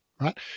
right